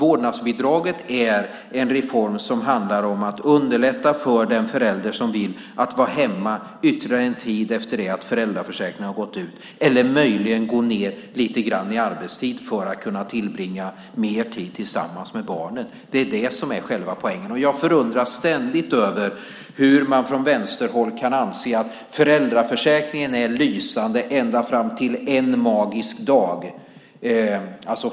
Vårdnadsbidraget är en reform som handlar om att underlätta för den förälder som vill vara hemma ytterligare en tid efter det att föräldraförsäkringen gått ut eller som möjligen vill gå ned lite grann i arbetstid för att kunna tillbringa mer tid tillsammans med barnen. Det är det som är själva poängen. Jag förundras ständigt över hur man från vänsterhåll kan anse att föräldraförsäkringen är lysande ända fram till ett magiskt datum.